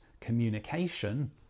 communication